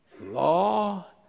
Law